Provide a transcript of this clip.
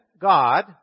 God